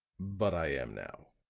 but i am now.